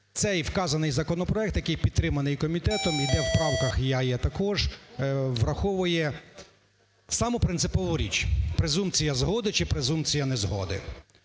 цей вказаний законопроект, який підтриманий комітетом і де в правках я є також, враховує саму принципову річ – презумпція згоди чи презумпція незгоди.